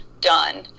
done